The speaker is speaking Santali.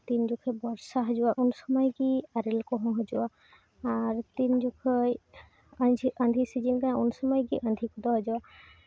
ᱛᱤᱱ ᱡᱚᱠᱷᱚᱡ ᱵᱚᱨᱥᱟ ᱦᱤᱡᱩᱜᱼᱟ ᱩᱱ ᱥᱚᱢᱚᱭ ᱜᱮ ᱟᱨᱮᱞ ᱠᱚᱦᱚᱸ ᱦᱤᱡᱩᱜᱼᱟ ᱟᱨ ᱛᱤᱱ ᱡᱚᱠᱷᱚᱡ ᱟᱹᱫᱷᱤ ᱥᱤᱡᱮᱱ ᱠᱟᱱᱟ ᱩᱱ ᱥᱚᱢᱚᱭ ᱜᱮ ᱟᱸᱫᱷᱮ ᱠᱚᱫᱚ ᱦᱤᱡᱩᱜᱼᱟ